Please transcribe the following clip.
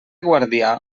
guardià